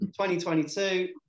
2022